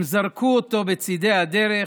הם זרקו אותו בצידי הדרך